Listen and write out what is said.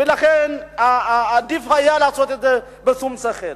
ולכן היה עדיף לעשות את זה בשום שכל.